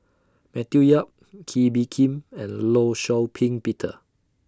Matthew Yap Kee Bee Khim and law Shau Ping Peter